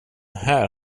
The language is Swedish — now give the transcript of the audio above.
här